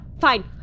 fine